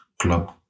club